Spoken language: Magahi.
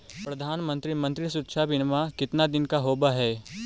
प्रधानमंत्री मंत्री सुरक्षा बिमा कितना दिन का होबय है?